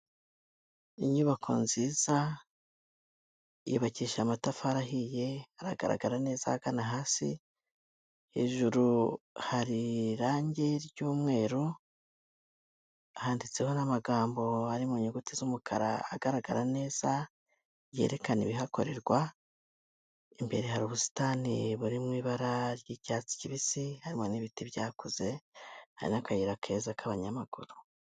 Inyubako nziza yubakisha amatafari ahiye hagaragara neza ahagana hasi, hejuru hari irangi ry'umweru handitseho n'amagambo ari mu nyuguti z'umukara agaragara neza yerekana ibihakorerwa, imbere hari ubusitani buri mu ibara ry'icyatsi kibisi hari n'ibiti byakuze, hari n'akayira keza k'abanyamaguru.